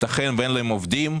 ייתכן ואין עובדים,